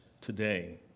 today